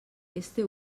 este